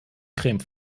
creme